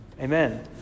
Amen